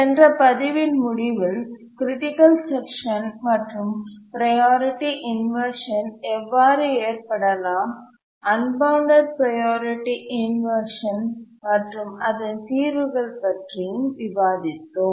சென்ற பதிவின் முடிவில் க்ரிட்டிக்கல் செக்ஷன் மற்றும் ப்ரையாரிட்டி இன்வர்ஷன் எவ்வாறு ஏற்படலாம் அன்பவுண்டட் ப்ரையாரிட்டி இன்வர்ஷன் மற்றும் அதன் தீர்வுகள் பற்றியும் விவாதித்தோம்